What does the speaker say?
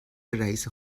رییس